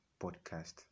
Podcast